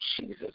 Jesus